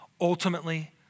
Ultimately